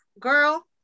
girl